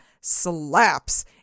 slaps